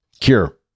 cure